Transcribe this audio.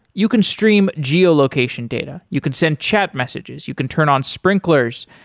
you can stream geo-location data, you can send chat messages, you can turn on sprinklers,